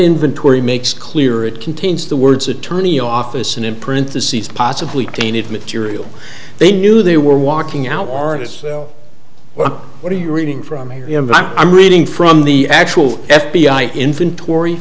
inventory makes clear it contains the words attorney office an imprint the seized possibly tainted material they knew they were walking out artists well what are you reading from here i'm reading from the actual f b i inventory